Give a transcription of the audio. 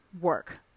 work